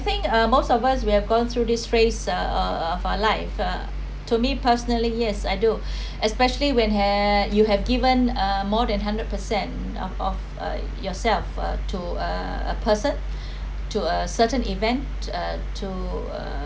I think uh most of us we have gone through this phrase uh uh for life uh to me personally yes I do especially when ha~ you have given uh more than hundred percent of of uh yourself uh to a a person to a certain event uh to